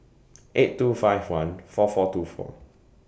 eight two five one four four two four